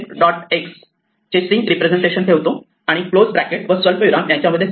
x चे string representation ठेवतो आणि क्लोज ब्रॅकेट व स्वल्पविराम यामध्ये सेल्फ